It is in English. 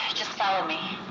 just follow me.